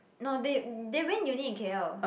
no they they went uni in K_L